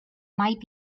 might